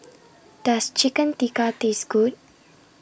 Does Chicken Tikka Taste Good